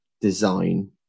design